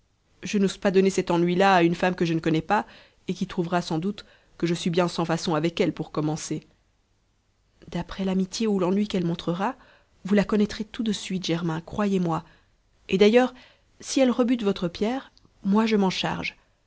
je n'ose pas donner cet ennui là à une femme que je ne connais pas et qui trouvera sans doute que je suis bien sans façons avec elle pour commencer d'après l'amitié ou l'ennui qu'elle montrera vous la connaîtrez tout de suite germain croyez-moi et d'ailleurs si elle rebute votre pierre moi je m'en charge